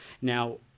now